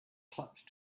clutch